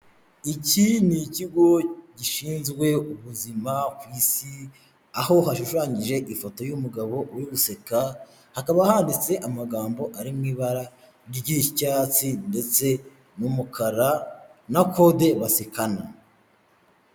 Iki ni ikigo gishinzwe ubuzima ku Isi, aho hashushanyije ifoto y'umugabo uri guseka, hakaba handitse amagambo ari mu ibara ry'icyatsi ndetse n'umukara na kode basikana.